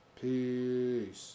peace